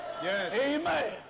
Amen